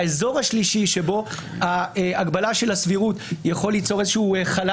האזור השלישי שבו ההגבלה של הסבירות יכולה ליצור איזה שהיא חלל